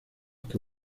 que